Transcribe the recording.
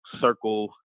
circle